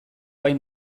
gai